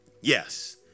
Yes